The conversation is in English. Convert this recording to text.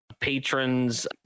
patrons